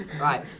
Right